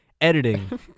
Editing